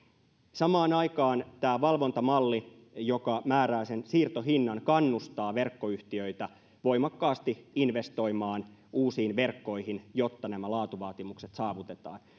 samaan aikaan valvontamalli joka määrää sen siirtohinnan kannustaa verkkoyhtiöitä voimakkaasti investoimaan uusiin verkkoihin jotta nämä laatuvaatimukset saavutetaan